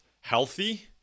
healthy